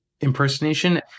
impersonation